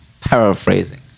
paraphrasing